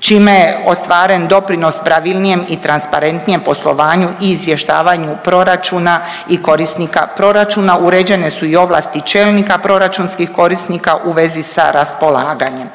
čime je ostvaren doprinos pravilnijem i transparentnijem poslovanju i izvještavanju proračuna i korisnika proračuna. Uređene su i ovlasti čelnika proračunskih korisnika u vezi sa raspolaganjem.